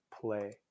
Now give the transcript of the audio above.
play